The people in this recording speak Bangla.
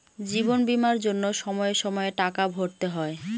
জীবন বীমার জন্য সময়ে সময়ে টাকা ভরতে হয়